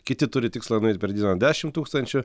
kiti turi tikslą nueit per dieną dešim tūkstančių